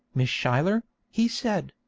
miss schuyler he said.